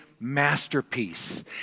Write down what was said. masterpiece